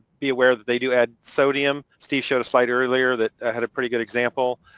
be aware that they do add sodium. steve showed a slide earlier that had a pretty good example.